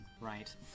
right